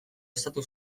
estatu